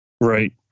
Right